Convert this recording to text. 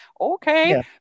okay